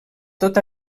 tot